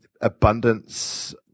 abundance